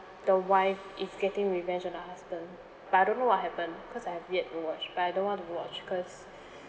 the wife is getting revenge on the husband but I don't know what happen because I have yet watch but I don't want to watch because